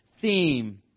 theme